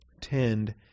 Tend